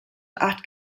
acht